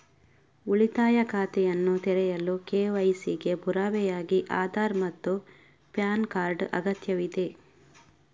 ಉಳಿತಾಯ ಖಾತೆಯನ್ನು ತೆರೆಯಲು ಕೆ.ವೈ.ಸಿ ಗೆ ಪುರಾವೆಯಾಗಿ ಆಧಾರ್ ಮತ್ತು ಪ್ಯಾನ್ ಕಾರ್ಡ್ ಅಗತ್ಯವಿದೆ